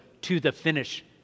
to-the-finish